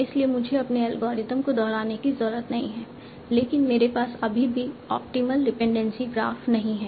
इसलिए मुझे अपने एल्गोरिथ्म को दोहराने की ज़रूरत नहीं है लेकिन मेरे पास अभी भी ऑप्टिमल डिपेंडेंसी ग्राफ नहीं है